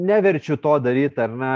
neverčiu to daryt ar ne